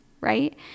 right